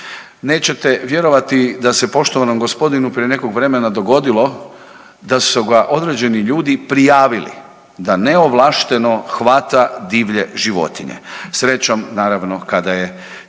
Nećete vjerovati da se poštovanom gospodinu prije nekog vremena dogodilo da su ga određeni ljudi prijavili da neovlašteno hvata divlje životinje. Srećom naravno kada je